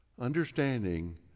understanding